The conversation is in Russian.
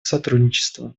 сотрудничества